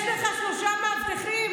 יש לך שלושה מאבטחים,